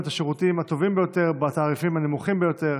השירותים הטובים ביותר בתעריפים הנמוכים ביותר,